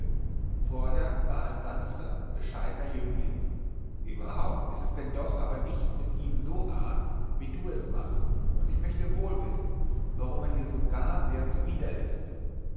vorher war er ein sanfter bescheidener jüngling überhaupt ist es denn doch aber nicht mit ihm so arg wie du es machst und ich möchte wohl wissen warum er dir so gar sehr zuwider ist